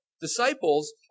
disciples